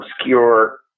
obscure